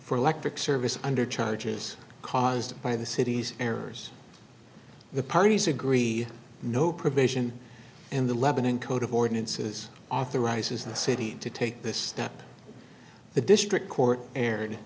for electric service under charges caused by the city's errors the parties agree no provision in the lebanon code of ordinances authorizes the city to take this step the district court erred